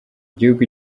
gihugu